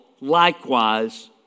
likewise